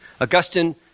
Augustine